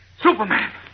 Superman